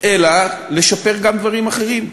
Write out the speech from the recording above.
אלא לשפר גם דברים אחרים.